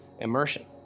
immersion